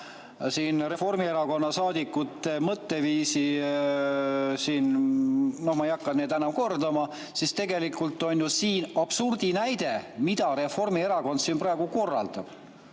siin Reformierakonna saadikute mõtteviisi, noh, ma ei hakka seda kordama, sest tegelikult on see ju absurdi näide, mida Reformierakond siin praegu korraldab.